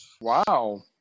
Wow